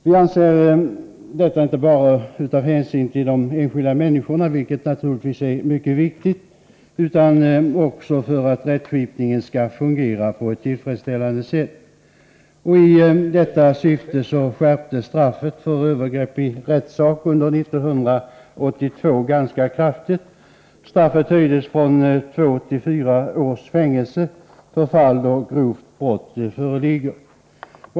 Vi hävdar detta inte bara av hänsyn till de enskilda människorna —- det är naturligtvis mycket viktigt - utan också av hänsyn till att rättsskipningen skall fungera på ett tillfredsställande sätt. I detta syfte skärptes under år 1982 straffet för övergrepp i rättssak ganska kraftigt. Det höjdes från två till fyra års fängelse för fall då grovt brott föreligger.